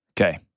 Okay